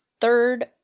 third